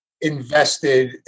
invested